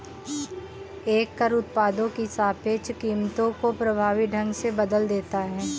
एक कर उत्पादों की सापेक्ष कीमतों को प्रभावी ढंग से बदल देता है